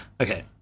Okay